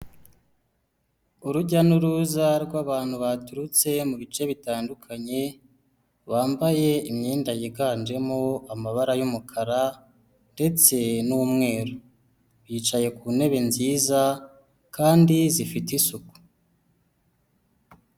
Urujya n'uruza rw'abantu baturutse mu bice bitandukanye, bambaye imyenda yiganjemo amabara y'umukara ndetse n'umweru. Bicaye ku ntebe nziza kandi zifite isuku.